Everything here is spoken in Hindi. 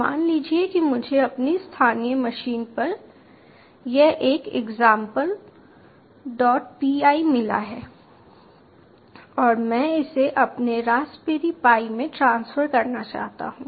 मान लीजिए कि मुझे अपनी स्थानीय मशीन पर यह एक example1py मिला है और मैं इसे अपनी रास्पबेरी पाई में ट्रांसफर करना चाहता हूं